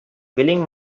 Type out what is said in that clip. willing